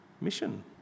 mission